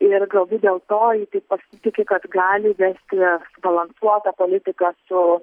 ir galbūt dėl to ji taip tiki kad gali vesti balansuotą politiką su